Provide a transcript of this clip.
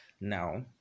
now